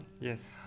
Yes